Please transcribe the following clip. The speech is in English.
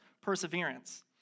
perseverance